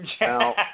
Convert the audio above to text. Now